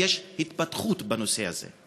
האם יש התפתחות בנושא הזה?